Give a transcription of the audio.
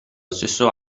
stesso